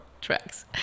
tracks